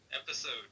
episode